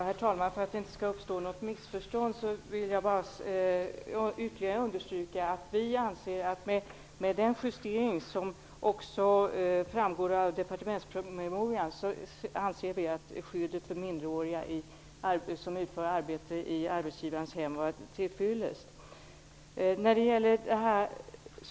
Herr talman! För att det inte skall uppstå något missförstånd vill jag bara ytterligare understryka att vi anser att skyddet för minderåriga som utför arbete i arbetsgivarens hem är till fyllest med den justering som också framgår av departementspromemorian.